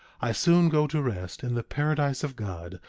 i soon go to rest in the paradise of god,